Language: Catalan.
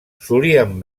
solíem